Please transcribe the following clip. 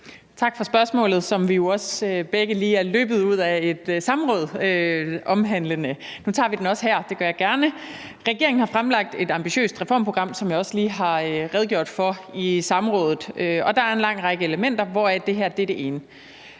Tak for spørgsmålet, som vi jo begge lige er kommet løbende fra et samråd der handler om. Nu tager vi det også her, og det gør jeg gerne. Regeringen har fremlagt et ambitiøst reformprogram, som jeg også lige har redegjort for i samrådet, og der er en lang række elementer, hvoraf det her er det ene.